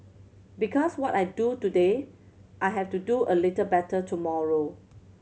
because what I do today I have to do a little better tomorrow